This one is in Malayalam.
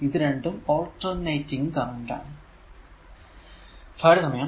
ഇത് രണ്ടും ആൾട്ടർനേറ്റിംഗ് കറന്റ് ആണ്